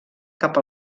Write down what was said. cap